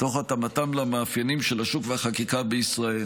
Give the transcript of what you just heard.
תוך התאמתם למאפיינים של השוק ולחקיקה בישראל.